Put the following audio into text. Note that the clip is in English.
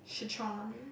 Sichuan